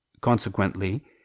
Consequently